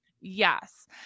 Yes